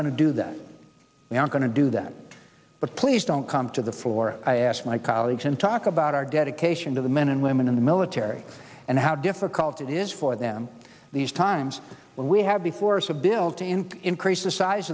going to do that we are going to do that but please don't come to the floor i ask my colleagues and talk about our dedication to the men and women in the military and how difficult it is for them these times when we have the force of built in to increase the size